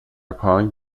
پانگ